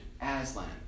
Aslan